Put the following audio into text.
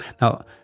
Now